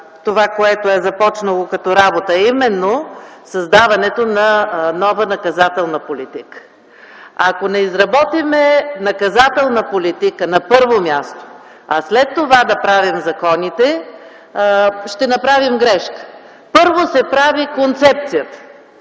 онова, което е започнало като работа, а именно създаването на нова наказателна политика. Ако на първо място не изработим наказателна политика, а след това да правим законите, ще направим грешка. Първо се прави концепцията,